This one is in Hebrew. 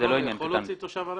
יכול להוציא דרכון?